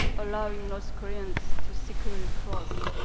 allowing north koreans to secretly cross.